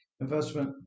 Investment